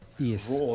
Yes